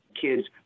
kids